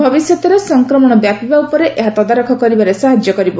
ଭବିଷ୍ୟତରେ ସଂକ୍ରମଣ ବ୍ୟାପିବା ଉପରେ ଏହା ତଦାରଖ କରିବାରେ ସାହାଯ୍ୟ କରିବ